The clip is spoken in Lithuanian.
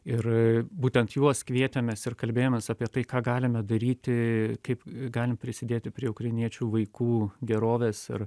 ir būtent juos kvietėmės ir kalbėjomės apie tai ką galime daryti kaip galim prisidėti prie ukrainiečių vaikų gerovės ir